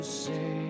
say